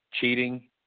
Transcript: cheating